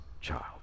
child